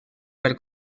per